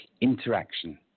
Interaction